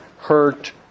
hurt